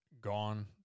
gone